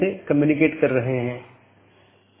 तो यह कुछ सूचित करने जैसा है